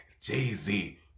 Jay-Z